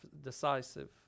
decisive